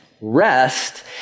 rest